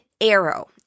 arrow